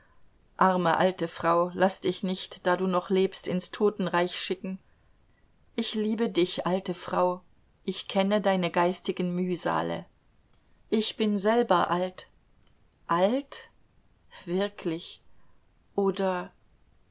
arme alte frau laß dich nicht da du noch lebst in's totenreich schicken ich liebe dich alte frau ich kenne deine geistigen mühsale ich bin selber alt alt wirklich oder